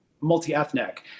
multi-ethnic